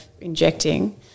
injecting